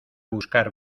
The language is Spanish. buscar